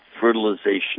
fertilization